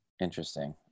Interesting